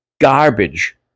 garbage